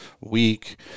week